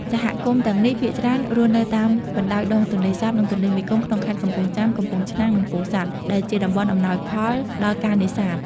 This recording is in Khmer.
សហគមន៍ទាំងនេះភាគច្រើនរស់នៅតាមបណ្តោយដងទន្លេសាប និងទន្លេមេគង្គ ក្នុងខេត្តកំពង់ចាម កំពង់ឆ្នាំង និងពោធិ៍សាត់ ដែលជាតំបន់អំណោយផលដល់ការនេសាទ។